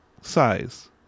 size